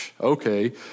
okay